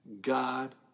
God